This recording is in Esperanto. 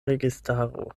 registaro